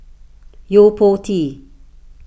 Yo Po Tee